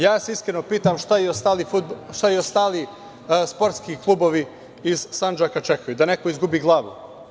Ja se iskreno pitam šta i ostali sportski klubovi iz Sandžaka čekaju, da neko izgubi glavu.